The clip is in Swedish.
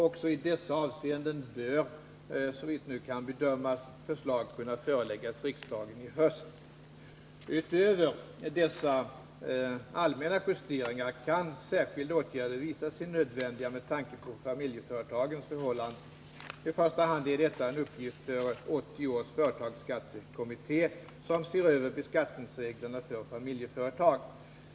Också i dessa avseenden bör, såvitt att mildra skatte nu kan bedömas, förslag kunna föreläggas riksdagen i höst. Utöver dessa allmänna justeringar kan särskilda åtgärder visa sig nödvändiga med tanke på familjeföretagarnas förhållanden. I första hand är detta en uppgift för 1980 års företagsskattekommitté , som ser över beskattningsreglerna för familjeföretag.